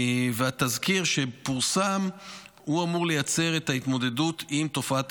התזכיר שפורסם אמור לייצר את ההתמודדות עם תופעת